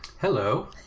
Hello